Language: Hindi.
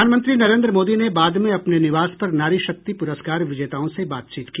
प्रधानमंत्री नरेन्द्र मोदी ने बाद में अपने निवास पर नारी शक्ति प्रस्कार विजेताओं से बातचीत की